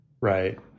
Right